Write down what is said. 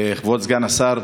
כבוד סגן השר,